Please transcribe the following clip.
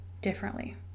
differently